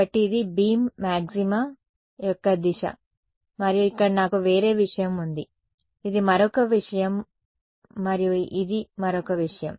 కాబట్టి ఇది beam maxima యొక్క దిశ మరియు ఇక్కడ నాకు వేరే విషయం ఉంది ఇది మరొక విషయం మరియు ఇది మరొక విషయం